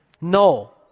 No